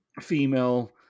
female